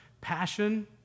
passion